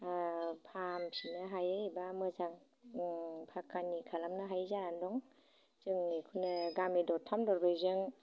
ओ फाहामफिननो हायि एबा मोजां पाक्कानि खालामनो हायि जानानै दं जोंनि बेखौनो गामि दरथाम दरब्रैजों